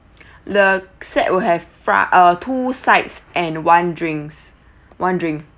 the set will have fri~ uh two sides and one drinks one drink